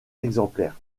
exemplaires